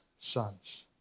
sons